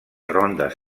rondes